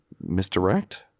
Misdirect